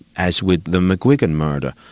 as with the mcguigan murder,